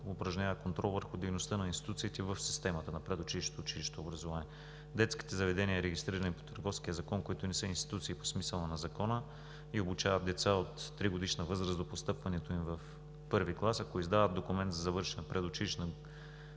упражнява контрол върху дейността на институциите в системата на предучилищното и училищното образование. Детските заведения, регистрирани по Търговския закон, които не са институции по смисъла на Закона и обучават деца от тригодишна възраст до постъпването им в първи клас, ако издават документ за завършена предучилищна подготовка,